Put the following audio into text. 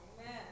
Amen